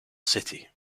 city